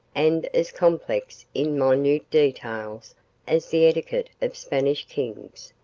and as complex in minute details as the etiquette of spanish kings,